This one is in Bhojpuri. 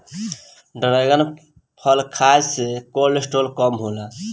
डरेगन फल खाए से कोलेस्ट्राल कम होला